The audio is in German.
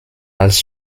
als